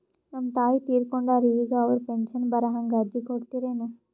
ನಮ್ ತಾಯಿ ತೀರಕೊಂಡಾರ್ರಿ ಈಗ ಅವ್ರ ಪೆಂಶನ್ ಬರಹಂಗ ಅರ್ಜಿ ಕೊಡತೀರೆನು?